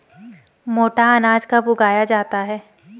मोटा अनाज कब उगाया जाता है?